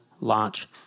launch